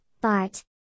Bart